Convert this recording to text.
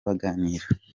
baganira